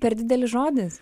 per didelis žodis